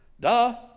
Duh